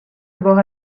avoir